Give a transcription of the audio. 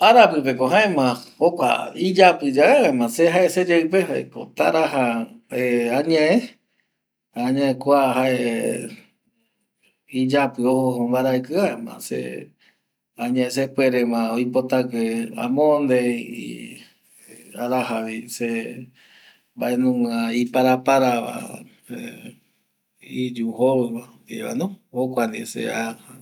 Arapi pe mako jokua iyapi pe ko se jae seyeipe taraja añae kua jaea iyapi oi mbaraiki jaema se puere oipotague amonde ipuere mbaenunga ipara para va iyu jovi ndie va.